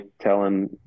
telling